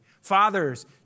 Fathers